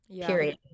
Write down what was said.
period